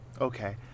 Okay